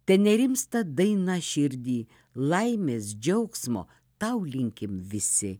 te nerimsta daina širdy laimės džiaugsmo tau linkim visi